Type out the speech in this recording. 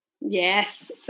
Yes